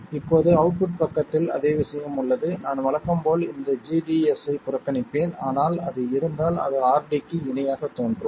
இப்போது அவுட்புட்ப் பக்கத்தில் அதே விஷயம் உள்ளது நான் வழக்கம் போல் இந்த gds ஐப் புறக்கணிப்பேன் ஆனால் அது இருந்தால் அது RD க்கு இணையாகத் தோன்றும்